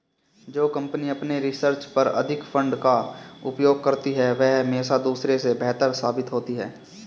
जो कंपनी अपने रिसर्च पर अधिक फंड का उपयोग करती है वह हमेशा दूसरों से बेहतर साबित होती है